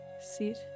sit